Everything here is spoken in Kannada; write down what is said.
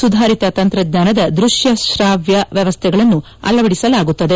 ಸುಧಾರಿತ ತಂತ್ರಜ್ಞಾನದ ದ್ವಶ್ಯ ಶ್ರಾವ್ಯ ವ್ಯವಸ್ಥೆಗಳನ್ನು ಅಳವಡಿಸಲಾಗುತ್ತದೆ